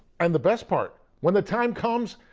and the best part, when the time comes,